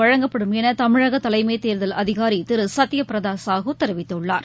வழங்கப்படும் என தமிழக தலைமைத் தேர்தல் அதினாரி திரு சத்தியபிரதா சாகு தெரிவித்துள்ளார்